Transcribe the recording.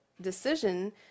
decision